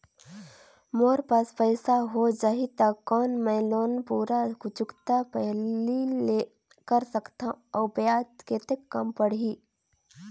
मोर पास पईसा हो जाही त कौन मैं लोन पूरा चुकता पहली ले कर सकथव अउ ब्याज कतेक कम पड़ही?